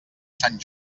sant